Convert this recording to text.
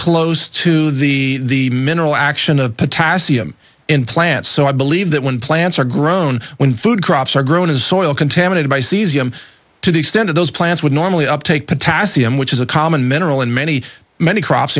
close to the mineral action of potassium in plants so i believe that when plants are grown when food crops are grown as soil contaminated by cesium to the extent of those plants would normally uptake potassium which is a common mineral in many many crops